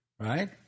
Right